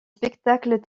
spectacles